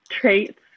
traits